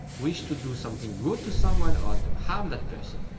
wish to do something good to someone or to harm that person.